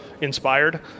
inspired